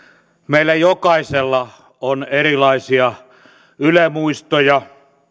meillä jokaisella on erilaisia yle muistoja